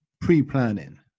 pre-planning